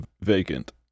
vacant